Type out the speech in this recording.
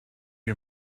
you